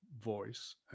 voice